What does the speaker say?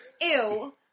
Ew